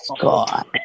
God